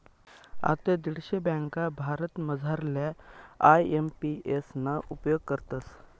आते दीडशे ब्यांका भारतमझारल्या आय.एम.पी.एस ना उपेग करतस